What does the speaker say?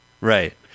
Right